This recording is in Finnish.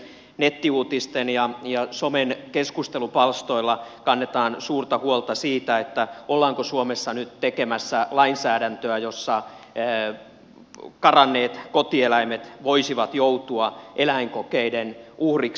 nettiuutisten ja somen keskustelupalstoilla kannetaan suurta huolta siitä ollaanko suomessa nyt tekemässä lainsäädäntöä jossa karanneet kotieläimet voisivat joutua eläinkokeiden uhriksi